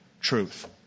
truth